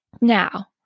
Now